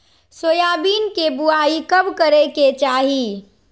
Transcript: Soybean के बुआई कब करे के चाहि?